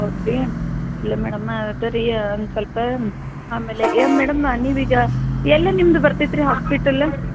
ಹೌದ್ರಿ ಇಲ್ಲ ಮೇಡಮ್ ಇದೆರಿ ಒಂದು ಸ್ವಲ್ಪ ಆಮೇಲೆ ಏ ಮೇಡಮ್ ನೀವೀಗ ಎಲ್ಲಿ ನಿಮ್ದು ಬರ್ತೈತೆ ರಿ ಹಾಸ್ಪೆಟಲ್